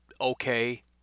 okay